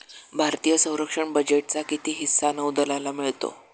भारतीय संरक्षण बजेटचा किती हिस्सा नौदलाला मिळतो?